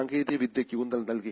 സാങ്കേതിക വിദ്യയ്ക്ക് ഊന്നൽ നിൽകി